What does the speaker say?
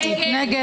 מי נמנע?